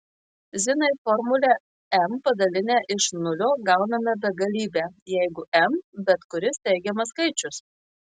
zinai formulę m padalinę iš nulio gauname begalybę jeigu m bet kuris teigiamas skaičius